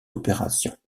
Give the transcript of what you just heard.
opérations